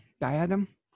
diadem